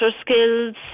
skills